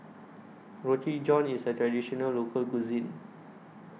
Roti John IS A Traditional Local Cuisine